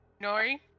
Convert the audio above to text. Nori